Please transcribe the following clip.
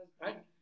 Right